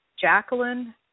Jacqueline